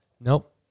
Nope